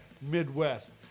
Midwest